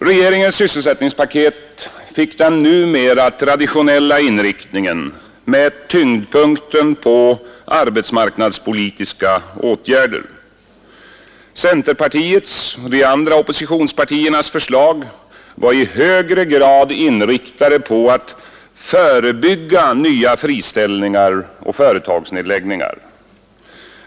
Regeringens sysselsättningspaket fick den numera traditionella inriktningen med tyngdpunkten på arbetsmarknadspolitiska åtgärder. Centerpartiets och de andra oppositionspartiernas förslag var i högre grad inriktade på att förebygga nya friställningar och företagsnedläggningar.